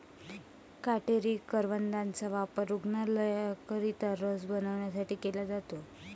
काटेरी करवंदाचा वापर रूग्णांकरिता रस बनवण्यासाठी केला जातो